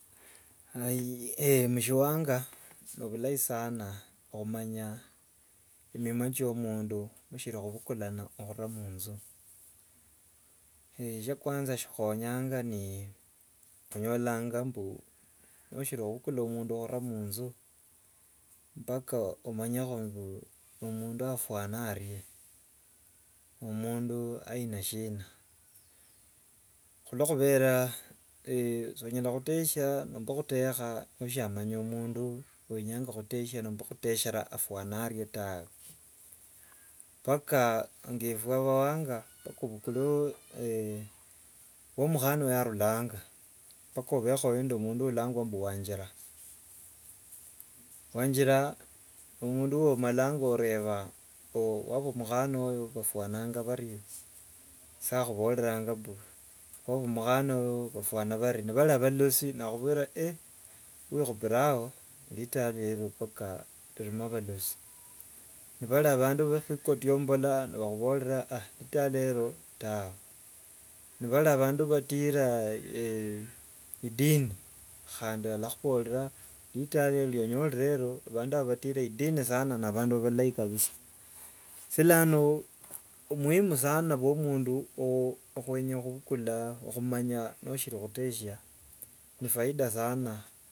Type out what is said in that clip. mushiwanga no- bhulai sana khumanya emima cho mundu nimshiri khubukulana nomra munju shya kwanza shikhonyanga ni onyolanga mbu noshiri khubukula mundu khura munju mpaka omanyekho mbu ni mundu ofwana arye, omundu aina shina. Khulokhubera sonyala khutesha nomba khutekha noshamanya mundu wenyanga khutesha nomba khuteshera afwana arie tawe. Mpaka yefwe kama bawanga khubukule yo- mukhana oyo yarulanga mpaka obhekho nende mundu ibhalanga mbwe wanjira. Wanjira ni mundu omalanga noreba wabu mukhana you bhafwana bharie, sa khuboreranga mbu abwa mukhana oyo bhafwana bhari ni- bhari balosi bakhuborera wekhupire ao ritala erio mpaka ririmo bhalosi. Nibari bhandu bhatira itini sana, khandi alakhuborera ritala rionyorere eryo bandu abho bhatira itini sana, ni abandu bhalai kabisa. So lano omuhimu sana byo mundu o- okhwenya khukula- khumanya noshiri khutesha ni faida sana.